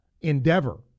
endeavor